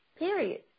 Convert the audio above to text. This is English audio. Period